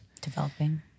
developing